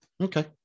Okay